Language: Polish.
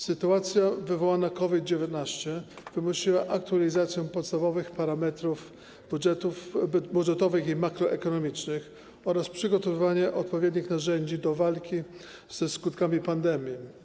Sytuacja wywołana przez COVID-19 wymusiła aktualizację podstawowych parametrów budżetowych i makroekonomicznych oraz przygotowanie odpowiednich narzędzi do walki ze skutkami pandemii.